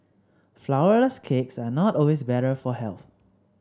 flourless cakes are not always better for health